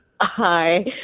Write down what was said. Hi